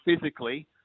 physically